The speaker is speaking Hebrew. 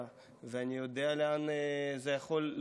ואני יודע לאן זה יכול להוביל.